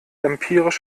empirisch